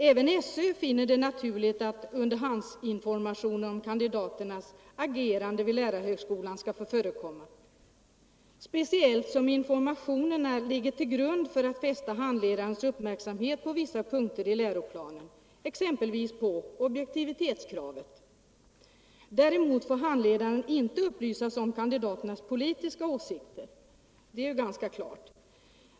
Även SÖ finner det naturligt att underhandsinformationer om kandidaternas agerande vid lärarhögskolan skall få förekomma, speciellt som informationerna är avsedda att fästa handledarnas uppmärksamhet på vissa punkter i läroplanen, exempelvis på objektivitetskravet. Däremot får handledaren inte upplysas om kandidaternas politiska åsikter, det är ganska klart.